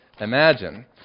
imagine